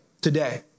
today